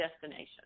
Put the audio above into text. destination